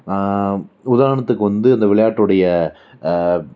உதாரணத்துக்கு வந்து அந்த விளையாட்டுடைய